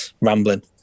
rambling